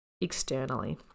externally